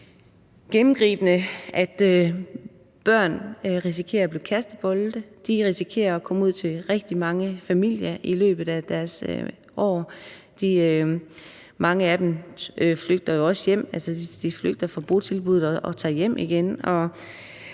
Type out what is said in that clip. også gennemgående, at børn risikerer at blive kastebolde. De risikerer at komme ud til rigtig mange familier i løbet af deres år. Mange af dem flygter jo også hjem. Altså, de flygter fra botilbuddet og tager hjem igen.